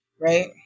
right